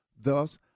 Thus